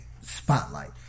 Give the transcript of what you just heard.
spotlight